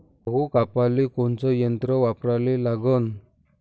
गहू कापाले कोनचं यंत्र वापराले लागन?